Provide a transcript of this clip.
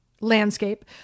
landscape